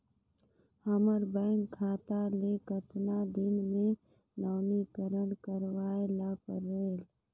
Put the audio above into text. हमर बैंक खाता ले कतना दिन मे नवीनीकरण करवाय ला परेल?